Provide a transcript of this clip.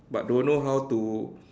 but don't know how to